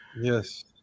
yes